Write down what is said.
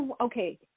okay